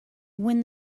when